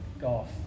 golf